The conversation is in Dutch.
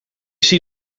zie